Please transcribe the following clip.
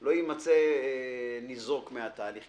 לא יימצא ניזוק מן התהליך.